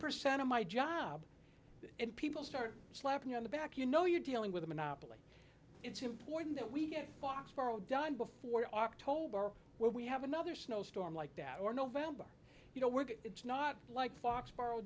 percent of my job and people start slapping on the back you know you're dealing with a monopoly it's important that we get foxborough done before october when we have another snowstorm like that or november you know work it's not like foxbor